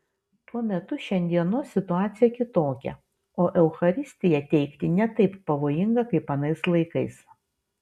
tuo metu šiandienos situacija kitokia o eucharistiją teikti ne taip pavojinga kaip anais laikais